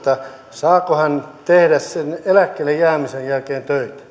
saako hän tehdä sen eläkkeelle jäämisen jälkeen töitä